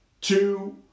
two